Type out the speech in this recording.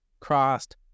crossed